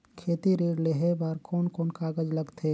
खेती ऋण लेहे बार कोन कोन कागज लगथे?